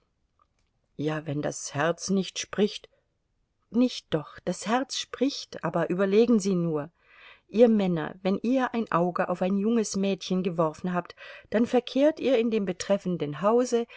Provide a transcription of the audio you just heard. ja wenn das herz nicht spricht nicht doch das herz spricht aber überlegen sie nur ihr männer wenn ihr ein auge auf ein junges mädchen geworfen habt dann verkehrt ihr in dem betreffenden hause